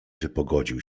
wypogodził